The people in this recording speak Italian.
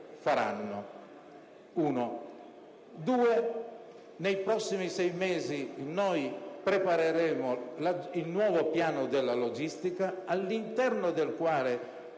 luogo, nei prossimi sei mesi noi prepareremo il nuovo piano della logistica, all'interno del quale